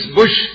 bush